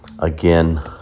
Again